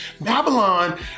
Babylon